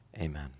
Amen